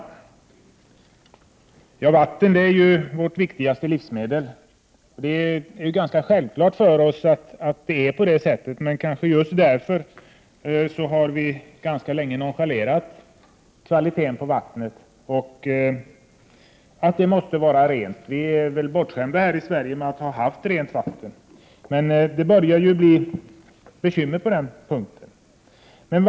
Vatten är vårt viktigaste livsmedel. Det är rätt självklart, och det kanske är just därför som vi ganska länge har nonchalerat kvaliteten på vattnet, att dricksvattnet måste vara rent. Vi har väl blivit bortskämda här i Sverige med att ha rent vatten, men vi börjar få bekymmer i det avseendet.